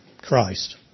Christ